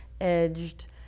edged